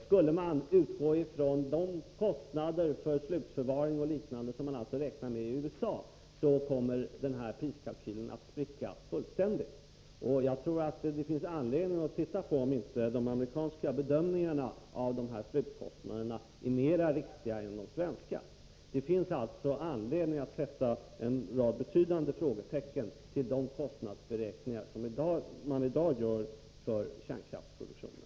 Skulle vi utgå ifrån de kostnader för slutförvaring och liknande som man räknar med i USA, kommer den här priskalkylen att spricka fullständigt. Jag tror det finns anledning att se om inte de amerikanska bedömningarna av dessa slutkostnader är riktigare än de svenska. Det finns alltså anledning att sätta en rad betydande frågetecken för de kostnadsberäkningar som i dag görs för kärnkraftsproduktionen.